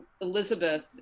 elizabeth